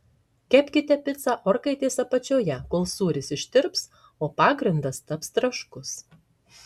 kepkite picą orkaitės apačioje kol sūris ištirps o pagrindas taps traškus